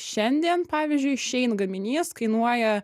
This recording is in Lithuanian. šiandien pavyzdžiui šein gaminys kainuoja